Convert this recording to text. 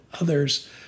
others